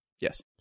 Yes